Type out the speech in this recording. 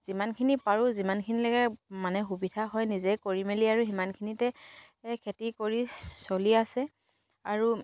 যিমানখিনি পাৰোঁ যিমানখিনিলৈকে মানে সুবিধা হয় নিজে কৰি মেলি আৰু সিমানখিনিতে খেতি কৰি চলি আছে আৰু